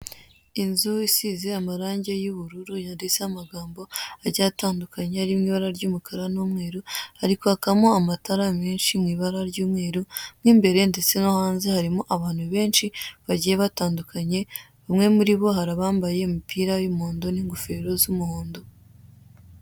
Inzu isize amarangi y'ubururu yanditseho amagambo agiye atandukanye ari mw'ibara ry'umukara n'umweru. Hari kwakamo amatara menshi mw'ibara ry'umweru, mo imbere ndetse no hanze harimo abantu benshi bagiye batandukanye, bamwe muribo hari abambaye imipira y'umuhondo n'ingofero z'umuhondo.